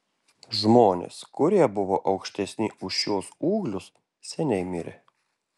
žmonės kurie buvo aukštesni už šiuos ūglius seniai mirė